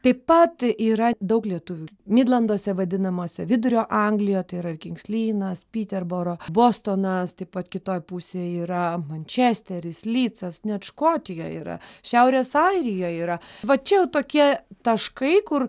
taip pat yra daug lietuvių midlanduose vadinamuose vidurio anglijoje tai yra kings linas piterboro bostonas taip pat kitoj pusėj yra mančesteris lydsas net škotijoj yra šiaurės airijoj yra va čia jau tokie taškai kur